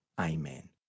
Amen